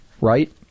right